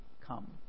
come